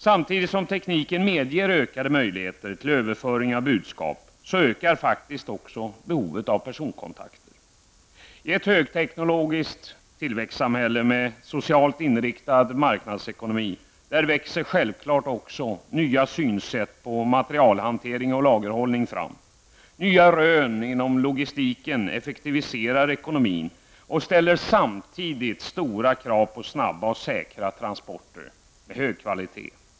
Samtidigt som tekniken medger ökade möjligheter till överföring av budskap, ökar faktiskt också behovet av personkontakter. I ett högteknologiskt tillväxtsamhälle med socialt inriktad marknadsekonomi växer självfallet också nya synsätt på materialhantering och lagerhållning fram. Nya rön inom logistiken effektiviserar ekonomin, samtidigt som det ställer stora krav på snabba och säkra transporter med hög kvalitet.